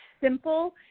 simple